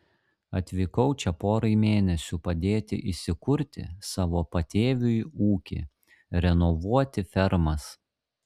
atvykau čia porai mėnesių padėti įsikurti savo patėviui ūkį renovuoti fermas